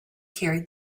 carried